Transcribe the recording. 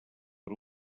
per